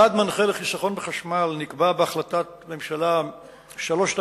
יעד מנחה לחיסכון בחשמל נקבע בהחלטת ממשלה 3216